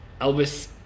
Elvis